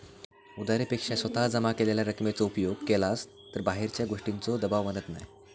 उधारी पेक्षा स्वतः जमा केलेल्या रकमेचो उपयोग केलास तर बाहेरच्या गोष्टींचों दबाव बनत नाय